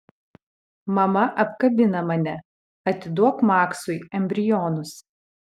mama apkabina mane atiduok maksui embrionus